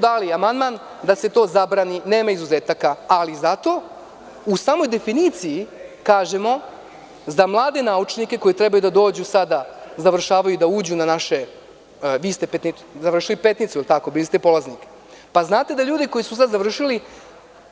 Dali smo amandman da se to zabrani – nema izuzetaka, ali zato u samoj definiciji kažemo za mlade naučnike, koji treba da dođu, sada završavaju, vi ste išli u Petnicu, bili ste polaznik, pa znate da ljudi koji su sada završili,